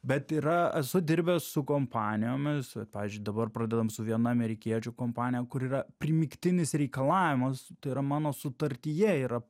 bet yra esu dirbęs su kompanijomis pavyzdžiui dabar pradedam su viena amerikiečių kompanija kur yra primygtinis reikalavimas tai yra mano sutartyje yra